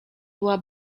była